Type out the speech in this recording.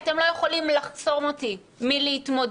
אתם לא יכולים לחסום אותי מלהתמודד,